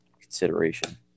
consideration